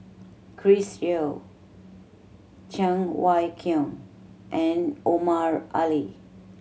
Chris Yeo Cheng Wai Keung and Omar Ali